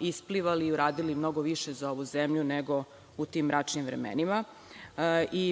isplivali i uradili mnogo više za ovu zemlju nego u tim mračnim vremenima.